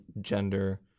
gender